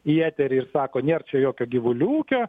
į eterį ir sako nėr čia jokio gyvulių ūkio